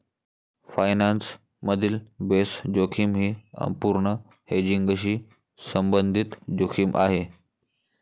finance मधील base जोखीम ही अपूर्ण हेजिंगशी संबंधित जोखीम आहे